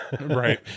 Right